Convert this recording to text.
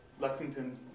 Lexington